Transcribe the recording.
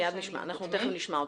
אנחנו תכף נשמע אותו.